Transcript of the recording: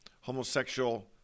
homosexual